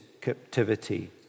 captivity